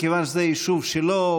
מכיוון שזה היישוב שלו,